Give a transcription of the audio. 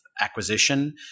acquisition